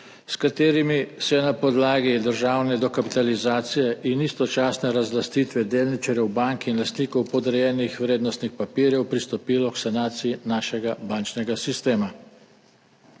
s katerimi se je na podlagi državne dokapitalizacije in istočasne razlastitve delničarjev bank in lastnikov podrejenih vrednostnih papirjev pristopilo k sanaciji našega bančnega sistema.